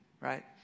right